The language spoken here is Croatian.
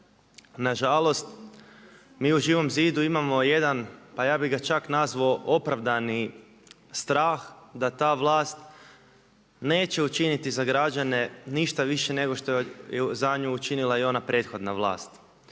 Nažalost, mi u Živom zidu imamo jedan, pa ja bi čak nazvao opravdani strah da ta vlast neće učiniti za građane ništa više nego što je za nju učinila i ona prethodna vlast.